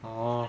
orh